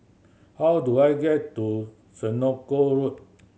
how do I get to Senoko Road